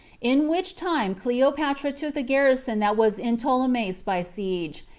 in which time cleopatra took the garrison that was in ptolemais by siege,